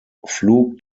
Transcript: flug